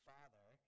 Father